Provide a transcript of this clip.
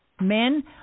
Men